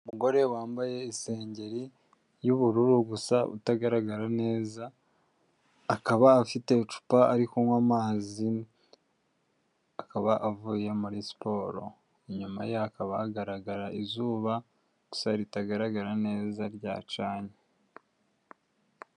Umugore wambaye isengeri y'ubururu gusa utagaragara neza akaba afite icupa ari kunywa amazi akaba avuye muri siporo inyuma ye hakaba hagaragara izuba gusa ritagaragara neza ryacanye.